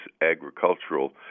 agricultural